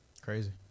crazy